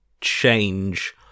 change